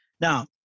now